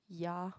ya